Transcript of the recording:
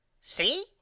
See